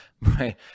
right